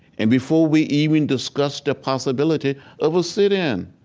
and before we even discussed a possibility of a sit-in,